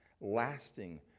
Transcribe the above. lasting